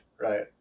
right